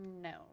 No